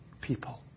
people